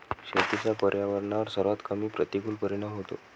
शेतीचा पर्यावरणावर सर्वात कमी प्रतिकूल परिणाम होतो